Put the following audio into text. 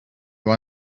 who